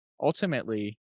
ultimately